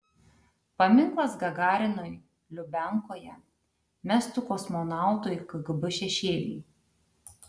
paminklas gagarinui lubiankoje mestų kosmonautui kgb šešėlį